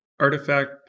Artifact